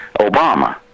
Obama